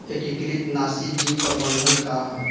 एकीकृत नाशी जीव प्रबंधन का ह?